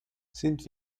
sind